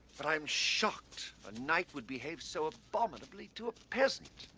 but i am shocked a knight would behave so abominably to a peasant.